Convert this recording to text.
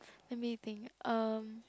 let me think um